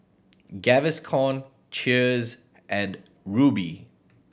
Gaviscon Cheers and Rubi